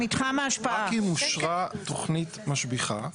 רק אם אושרה תוכנית משביחה.